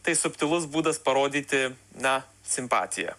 tai subtilus būdas parodyti na simpatiją